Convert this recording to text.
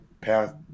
path